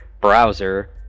browser